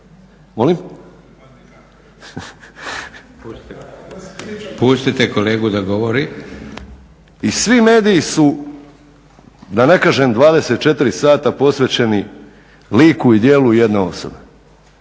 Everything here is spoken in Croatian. laburisti - Stranka rada)** I svi mediji su da ne kažem 24 sata posvećeni liku i djelu jedne osobe.